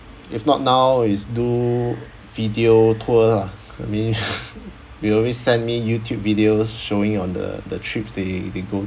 if not now is do video tour lah maybe you always send me YouTube videos showing on the the trips they they go